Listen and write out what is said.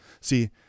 See